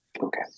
Okay